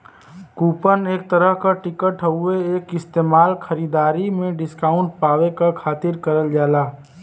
coupon एक तरह क टिकट हउवे एक इस्तेमाल खरीदारी में डिस्काउंट पावे क खातिर करल जाला